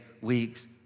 weeks